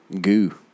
goo